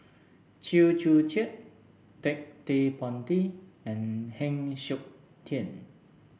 Chew Joo Chiat Ted De Ponti and Heng Siok Tian